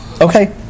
Okay